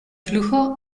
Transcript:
flujo